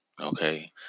Okay